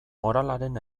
moralaren